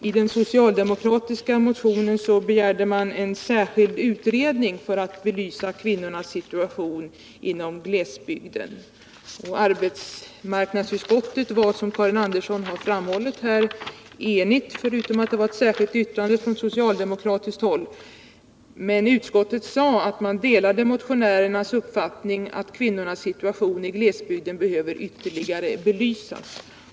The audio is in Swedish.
I den socialdemokratiska motionen begärde man en särskild utredning för att belysa kvinnornas situation. Arbetsmarknadsutskottet var, såsom Karin Andersson har framhållit, enigt, förutom att det var ett särskilt yttrande från socialdemokratiskt håll, men utskottet uttalade att man delade motionärernas uppfattning att kvinnornas situation i glesbygden behöver ytterligare belysas.